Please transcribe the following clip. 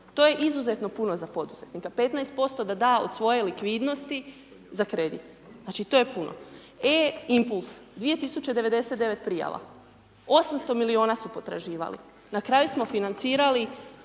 To je izuzetno puno za poduzetnike. 15% da da od svoje likvidnosti za kredit. Znači to je puno. E-impuls, 2099 prijava. 800 milijuna su potraživali. Na kraju smo financirali